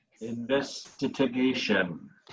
Investigation